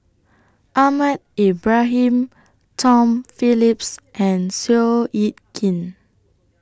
Ahmad Ibrahim Tom Phillips and Seow Yit Kin